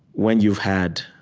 when you've had